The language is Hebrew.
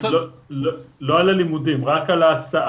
לא על הלימודים, רק על ההסעה.